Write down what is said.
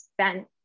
spent